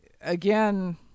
Again